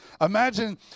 Imagine